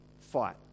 fight